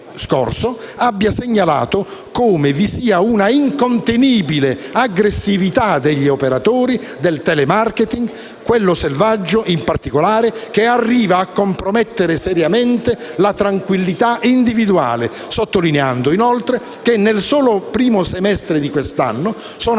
scorso, ha segnalato come vi sia una incontenibile aggressività degli operatori del telemarketing, quello selvaggio in particolare, che arriva a compromettere seriamente la tranquillità individuale, sottolineando inoltre che nel solo primo semestre di quest'anno sono